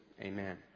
Amen